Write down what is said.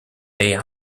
day